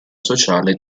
sociale